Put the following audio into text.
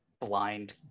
blind